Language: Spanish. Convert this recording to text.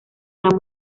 una